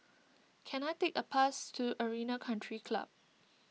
can I take a bus to Arena Country Club